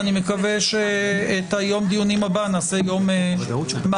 אני מקווה שביום הדיונים הבא נעשה יום מרתוני,